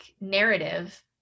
narrative